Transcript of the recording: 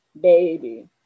Baby